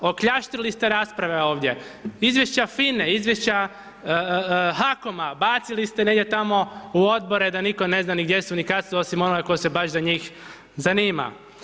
Okljaštili ste rasprave ovdje, izvješća FINA-e, izvješća HAKOM-a, bacili ste negdje tamo u odbore da nitko ne zna ni gdje su ni kad su, osim onoga tko se baš za njih zanima.